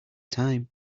time